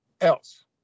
else